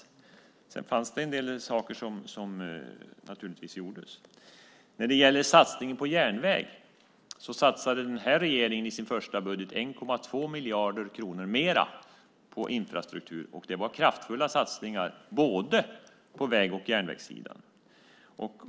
Sedan gjordes det naturligtvis en del saker. När det gäller satsningar på järnväg satsade den här regeringen i sin första budget 1,2 miljarder kronor mer på infrastruktur. Det var kraftfulla satsningar på både väg och järnvägssidan.